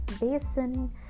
basin